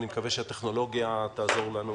אני מקווה שהטכנולוגיה תעזור לנו